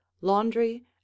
laundry